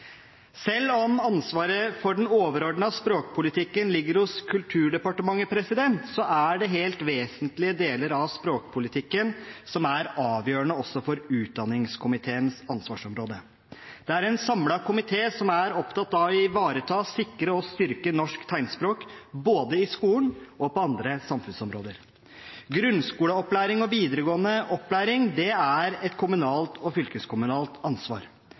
Selv om ansvaret for den overordnede språkpolitikken ligger hos Kulturdepartementet, er det helt vesentlige deler av språkpolitikken som er avgjørende også for utdanningskomiteens ansvarsområde. Det er en samlet komité som er opptatt av å ivareta, sikre og styrke norsk tegnspråk både i skolen og på andre samfunnsområder. Grunnskoleopplæring og videregående opplæring er et kommunalt og fylkeskommunalt ansvar,